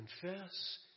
confess